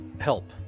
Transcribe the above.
Help